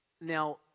Now